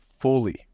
fully